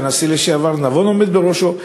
שהנשיא לשעבר נבון עומד בראשו,